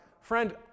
Friend